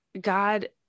God